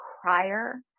crier